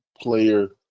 player